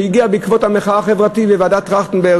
שהגיעה בעקבות המחאה החברתית וועדת-טרכטנברג.